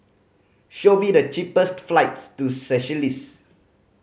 show me the cheapest flights to Seychelles